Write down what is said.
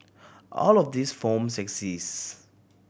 all of these forms exist